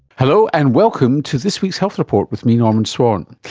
hello, and welcome to this week's health report with me, norman swan.